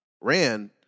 ran